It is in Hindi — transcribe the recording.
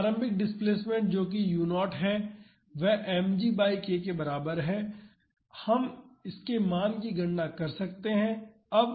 तो प्रारंभिक डिस्प्लेसमेंट जो u0 है वह mg बाई k के बराबर है हम इसके मान की गणना कर सकते हैं